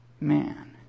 man